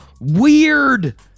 weird